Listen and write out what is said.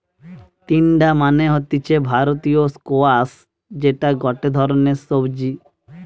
তিনডা মানে হতিছে ভারতীয় স্কোয়াশ যেটা গটে ধরণের সবজি